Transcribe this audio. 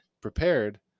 prepared